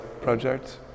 project